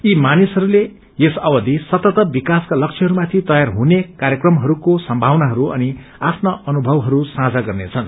यी मानिसहरूले यस अवधि सतत् विकासका लस्यहरूमाथि तयार हुने कार्यक्रमहरूको सम्भावनाहरू अनि आफ्ना अनुभवहरू साझा गर्नेछन्